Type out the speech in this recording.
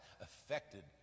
affected